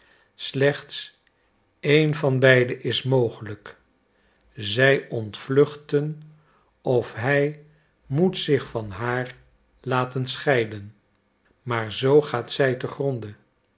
slechts een van beide is mogelijk zij ontvluchten of hij moet zich van haar laten scheiden maar zoo gaat zij te gronde